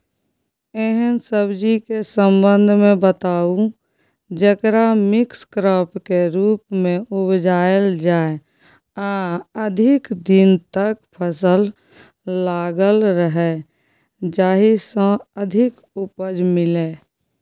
एहन सब्जी के संबंध मे बताऊ जेकरा मिक्स क्रॉप के रूप मे उपजायल जाय आ अधिक दिन तक फसल लागल रहे जाहि स अधिक उपज मिले?